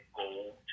gold